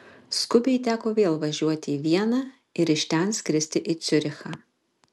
skubiai teko vėl važiuoti į vieną ir iš ten skristi į ciurichą